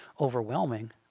overwhelming